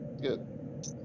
good